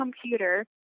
computer